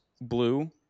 blue